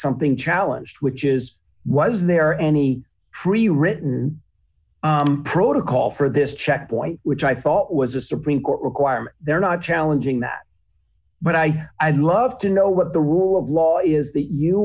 something challenge which is was there any tree written protocol for this checkpoint which i thought was a supreme court requirement they're not challenging that but i i'd love to know what the rule of law is that you